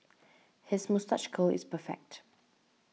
his moustache curl is perfect